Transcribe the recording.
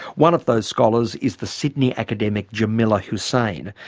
one of those scholars is the sydney academic jamila hussain.